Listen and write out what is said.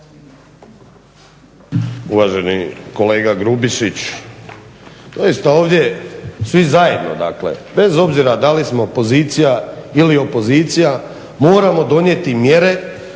Uvaženi kolega Grubišić, doista ovdje svi zajedno, dakle bez obzira da li smo pozicija ili opozicija moramo donijeti mjere